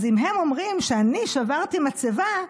אז אם הם אומרים שאני שברתי מצבה,